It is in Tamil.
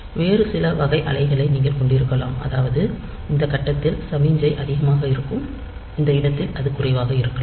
வேறு சில வகை அலைகளை நீங்கள் கொண்டிருக்கலாம் அதாவது இந்த கட்டத்தில் சமிக்ஞை அதிகமாக இருக்கும் இந்த இடத்தில் அது குறைவாக இருக்கலாம்